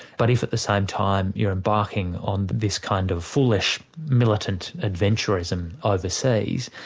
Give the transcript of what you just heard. but if at the same time you're embarking on this kind of foolish militant adventurism ah overseas,